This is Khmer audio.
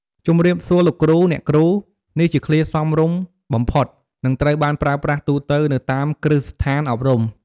"ជំរាបសួរលោកគ្រូ អ្នកគ្រូ" នេះជាឃ្លាសមរម្យបំផុត និងត្រូវបានប្រើប្រាស់ទូទៅនៅតាមគ្រឹះស្ថានអប់រំ។